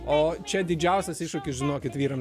o čia didžiausias iššūkis žinokit vyrams